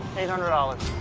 eight hundred dollars.